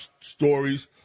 stories